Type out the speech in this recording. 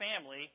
family